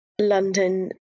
London